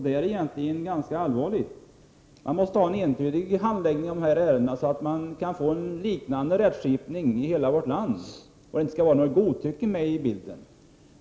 Det är egentligen ganska allvarligt. Det måste vara en entydig handläggning av dessa ärenden så att det kan bli en liknande rättsskipning i hela landet och så att godtycke inte kommer med i bilden.